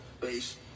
Base